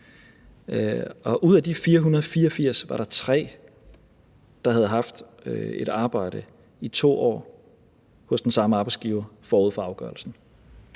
ud af de 484 var der 3, der havde haft et arbejde i 2 år hos den samme arbejdsgiver forud for afgørelsen.